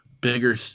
bigger